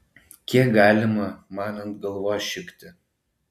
kiek galima man ant galvos šikti